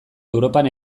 europan